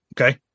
okay